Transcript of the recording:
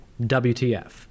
WTF